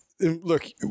look